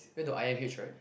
went to I_M_H right